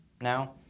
now